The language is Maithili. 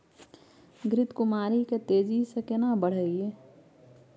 घृत कुमारी के तेजी से केना बढईये?